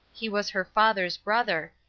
he was her father's brother,